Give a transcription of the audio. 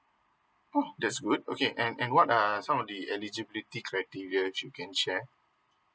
oh that's good okay and and what are some of the eligibility criteria you can share